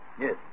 Yes